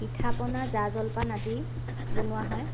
পিঠা পনা জা জলপান আদি বনোৱা হয়